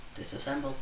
disassemble